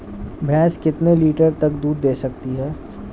भैंस कितने लीटर तक दूध दे सकती है?